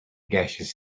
gaseous